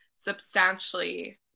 substantially